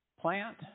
plant